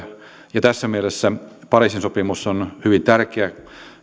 ja tässä mielessä pariisin sopimus on itse asiassa hyvin tärkeä